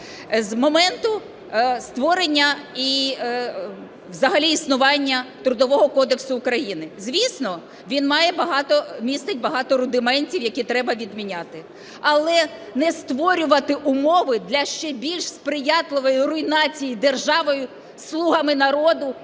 з моменту створення і взагалі існування Трудового кодексу України. Звісно, він має багато, містить багато рудиментів, які треба відміняти, але не створювати умови для ще більш сприятливої руйнації державою, "слугами народу"